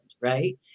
Right